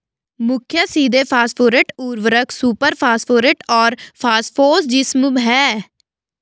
मुख्य सीधे फॉस्फेट उर्वरक सुपरफॉस्फेट और फॉस्फोजिप्सम हैं